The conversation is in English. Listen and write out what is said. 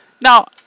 now